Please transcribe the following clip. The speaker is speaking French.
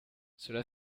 cela